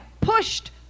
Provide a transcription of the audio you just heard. pushed